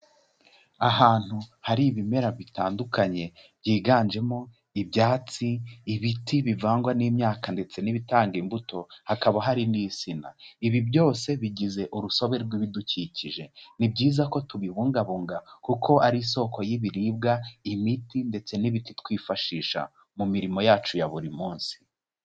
Ahantu hari ibimera bitandukanye byiganjemo ibyatsi, ibiti bivangwa n'imyaka ndetse n'ibitanga imbuto hakaba hari n'insina, ibi byose bigize urusobe rw'ibidukikije, ni byiza ko tubibungabunga kuko ari isoko y'ibiribwa, imiti ndetse n'ibiti twifashisha mu mirimo yacu ya buri munsi.